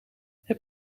heb